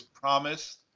promised